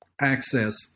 access